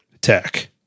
tech